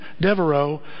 Devereaux